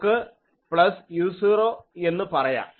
നമുക്ക് plus u0 എന്ന് പറയാം